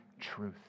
truth